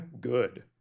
good